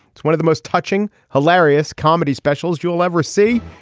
it's one of the most touching hilarious comedy specials you'll ever see.